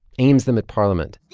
aims them at parliament